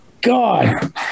God